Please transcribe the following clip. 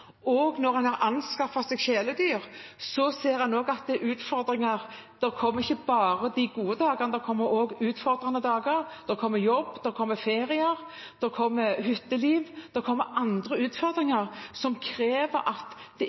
og når en har anskaffet seg kjæledyr, ser en også at det er utfordringer – det kommer ikke bare gode dager; det kommer også utfordrende dager, det kommer jobb, det kommer ferier, det kommer hytteliv, det kommer andre utfordringer som krever at det